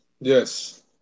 Yes